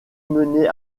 mené